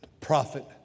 prophet